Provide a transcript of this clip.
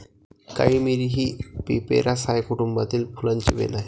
काळी मिरी ही पिपेरासाए कुटुंबातील फुलांची वेल आहे